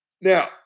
Now